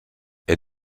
est